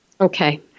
Okay